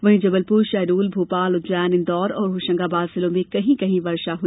वहीं जबलपुर शहडोल भोपाल उज्जैन इंदौर और होशंगाबाद जिलों में कहीं कहीं वर्षा दर्ज किया